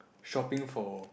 shopping for